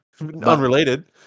unrelated